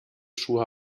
schuhe